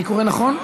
אני קורא נכון?